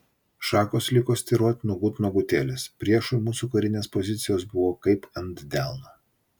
šakos liko styroti nuogut nuogutėlės priešui mūsų karinės pozicijos buvo kaip ant delno